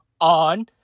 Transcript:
on